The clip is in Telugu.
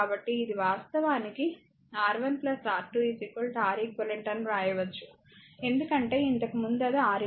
కాబట్టి ఇది వాస్తవానికి R1 R2 Req అని వ్రాయవచ్చు ఎందుకంటే ఇంతకుముందు అది Req